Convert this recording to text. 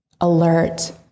alert